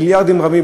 מיליארדים רבים,